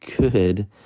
good